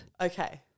Okay